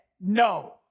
no